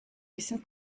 bisschen